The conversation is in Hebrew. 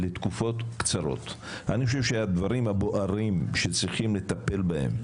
אני חושב שיהיה חשוב מאוד שהוועדה תדון בעניינים הללו.